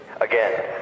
Again